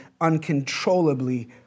uncontrollably